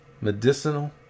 medicinal